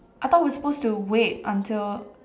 I thought we're supposed to wait until